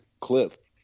clip